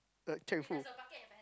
er check with who